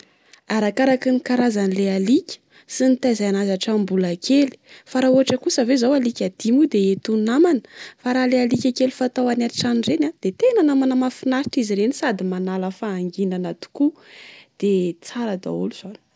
Arakaraky ny karazan'le alika sy nitaizana azy atramin'ny mbola kely fa raha ohatra kosa ve zao alikadia moa dia hety ho namana? Fa raha le alikakely fatao any antrano reny ah de tena namana mafinaritra izy reny sady manala fahaginana tokoa. De tsara daoly zany.